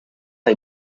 hay